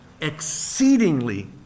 Exceedingly